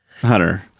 Hunter